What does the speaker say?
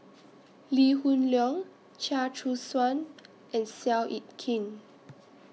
Lee Hoon Leong Chia Choo Suan and Seow Yit Kin